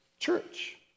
Church